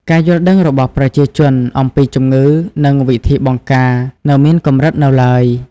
ការយល់ដឹងរបស់ប្រជាជន អំពីជំងឺ និងវិធីបង្ការនៅមានកម្រិតនៅឡើយ។